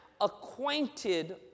acquainted